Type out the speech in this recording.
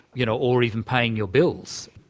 you know or even paying your bills.